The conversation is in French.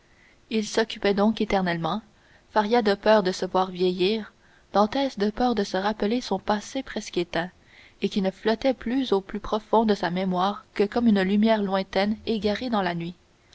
ils s'occupaient donc éternellement faria de peur de se voir vieillir dantès de peur de se rappeler son passé presque éteint et qui ne flottait plus au plus profond de sa mémoire que comme une lumière lointaine égarée dans la nuit